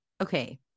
okay